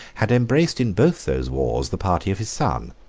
had embraced in both those wars the party of his son,